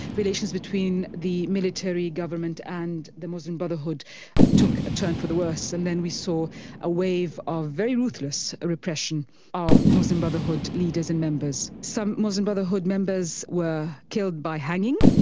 relations between the military government and the muslim brotherhood took a turn for the worse. and then we saw a wave of very ruthless repression of muslim brotherhood leaders and members. some muslim brotherhood members were killed by hanging,